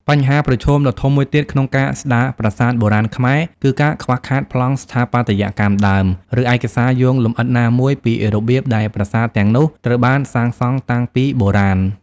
បញ្ហាប្រឈមដ៏ធំមួយទៀតក្នុងការស្ដារប្រាសាទបុរាណខ្មែរ គឺការខ្វះខាតប្លង់ស្ថាបត្យកម្មដើម ឬឯកសារយោងលម្អិតណាមួយពីរបៀបដែលប្រាសាទទាំងនោះត្រូវបានសាងសង់តាំងពីបុរាណ។